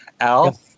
al